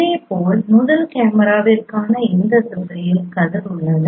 இதேபோல் முதல் கேமராவிற்கான இந்த திசையில் கதிர் உள்ளது